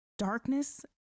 Darkness